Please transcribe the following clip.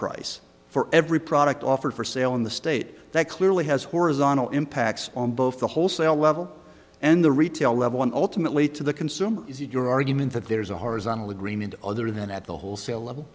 price for every product offered for sale in the state that clearly has horizontal impacts on both the wholesale level and the retail level and ultimately to the consumer is your argument that there's a horizontal agreement other than at the wholesale level